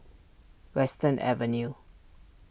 Western Avenue